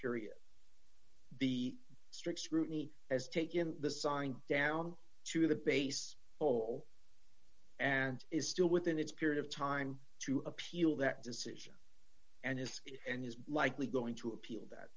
period the strict scrutiny as takin the sign down to the base goal and is still within its period of time to appeal that decision and is and is likely going to appeal that